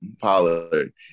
Pollard